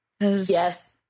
Yes